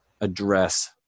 address